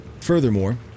Furthermore